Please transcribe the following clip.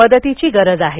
मदतीची गरज आहे